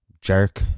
Jerk